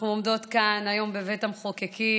אנחנו עומדות כאן היום בבית המחוקקים,